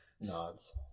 Nods